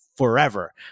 forever